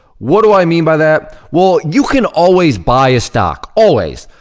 what do i mean by that? well, you can always buy a stock, always.